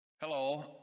Hello